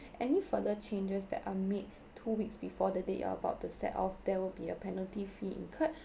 any further changes that are made two weeks before the date you are about to set off there will be a penalty fee incurred